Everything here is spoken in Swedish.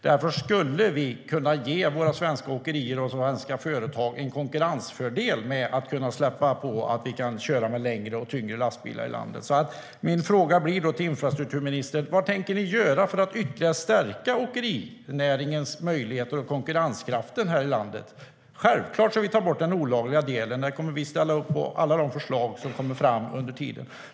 Därför skulle vi kunna ge våra svenska åkerier och företag en konkurrensfördel genom att släppa på att vi kan köra med längre och tyngre lastbilar i landet. Min fråga till infrastrukturministern blir då: Vad tänker ni göra för att ytterligare stärka åkerinäringens möjligheter och konkurrenskraften här i landet? Självklart ska vi ta bort den olagliga delen. Där kommer vi att ställa upp på alla de förslag som kommer fram.